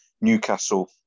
Newcastle